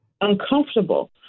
uncomfortable